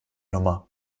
nummer